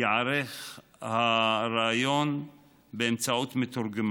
ייערך הריאיון באמצעות מתורגמן.